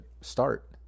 start